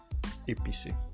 APC